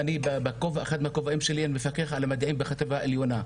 אחד הכובעים שלי הוא מפקח על המדעים בחטיבה העליונה.